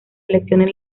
elecciones